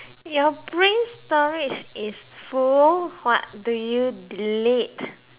your brain storage is full what do you delete